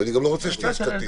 ואני גם לא רוצה שתהיה סטטיסט.